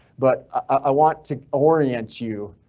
but i want to orient you.